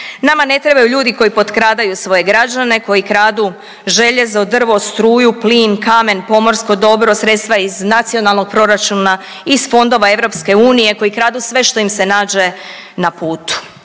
Nama ne trebaju ljudi koji potkradaju svoje građane, koji kradu željezo, drvo, struju, plin, kamen, pomorsko dobro, sredstva iz nacionalnog proračuna, iz fondova EU, koji kradu sve što im se nađe na putu.